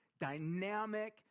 dynamic